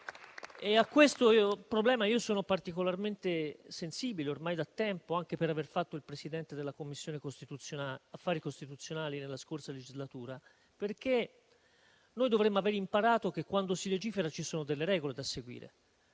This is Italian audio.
a questo problema sono particolarmente sensibile ormai da tempo, anche per aver fatto il Presidente della Commissione affari costituzionali nella scorsa legislatura - perché noi dovremmo avere imparato che, quando si legifera, ci sono delle regole da seguire.